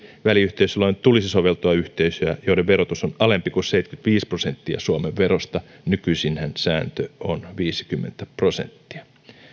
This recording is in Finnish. väliyhteisölain tulisi soveltua yhteisöihin joiden verotus on alempi kuin seitsemänkymmentäviisi prosenttia suomen verosta nykyisinhän sääntö on viisikymmentä prosenttia